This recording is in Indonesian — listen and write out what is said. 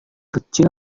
kecil